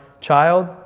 child